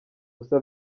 gusa